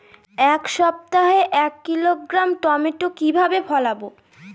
এক সপ্তাহে এক কিলোগ্রাম টমেটো কিভাবে ফলাবো?